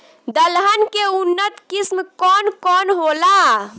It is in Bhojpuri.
दलहन के उन्नत किस्म कौन कौनहोला?